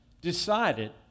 decided